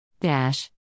Dash